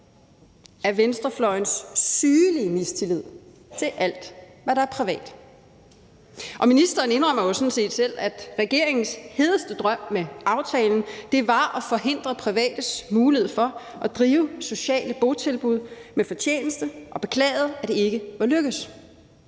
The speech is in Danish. af venstrefløjens sygelige mistillid til alt, hvad der er privat. Og ministeren indrømmer jo sådan set selv, at regeringens hedeste drøm med aftalen var at forhindre privates mulighed for at drive sociale botilbud med fortjeneste, og beklagede, at det ikke var lykkedes.